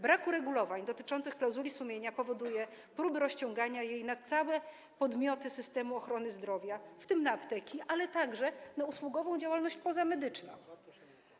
Brak uregulowań dotyczących klauzuli sumienia powoduje próby rozciągania jej na całe podmioty systemu ochrony zdrowia, w tym na apteki, ale także na usługową działalność pozamedyczną.